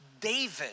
David